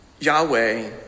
Yahweh